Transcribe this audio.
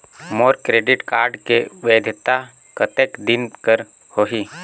मोर credit card के वैधता कतेक दिन कर होही?